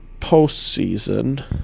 postseason